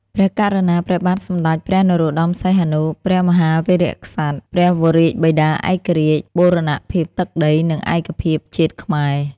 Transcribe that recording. ព្រះករុណា ព្រះបាទសម្ដេចព្រះនរោត្តម សីហនុ ព្រះមហាវីរក្សត្រ ព្រះវររាជបិតាឯករាជ្យ បូរណភាពទឹកដី និងឯកភាពជាតិខ្មែរ។